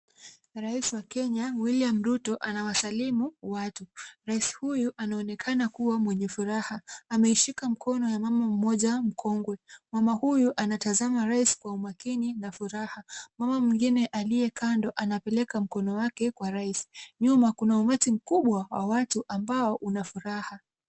Rais wa Kenya William Ruto anawasalimu watu. Rais huyu anaonekana kuwa mwenye furaha. Ameushika mkono ya mama mmoja mkongwe. Mama huyu anatazama rais kwa umakini na furaha. Mama mwingine aliye kando anapeleka mkono wake kwa rais. Nyuma kuna umati mkubwa wa watu ambao una furaha.